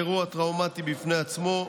אירוע טראומטי בפני עצמו,